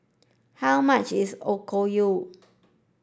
how much is Okayu